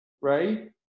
right